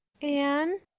anne.